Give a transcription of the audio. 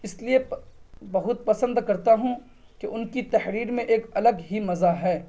اس لیے بہت پسند کرتا ہوں کہ ان کی تحریر میں ایک الگ ہی مزہ ہے